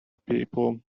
people